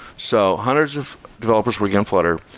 so hundreds of developers working on flutter.